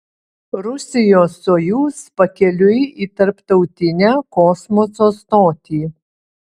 rusijos sojuz pakeliui į tarptautinę kosmoso stotį